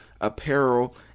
apparel